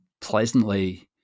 pleasantly